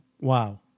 Wow